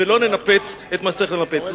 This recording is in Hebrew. ולא ננפץ את מה שלא צריך לנפץ.